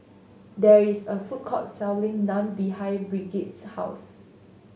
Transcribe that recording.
there is a food court selling Naan behind Brigitte's house